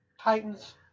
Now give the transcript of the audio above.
Titans